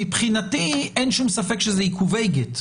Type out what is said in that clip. מבחינתי אין שום ספק שזה עיכובי גט,